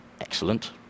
excellent